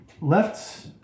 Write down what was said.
left